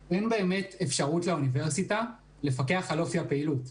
לאוניברסיטה אין באמת אפשרות לפקח על אופי הפעילות.